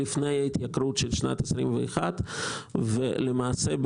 לפני ההתייקרות של שנת 21'. למעשה,